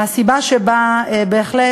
בהחלט,